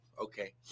okay